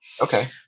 Okay